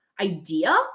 idea